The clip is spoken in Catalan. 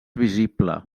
visible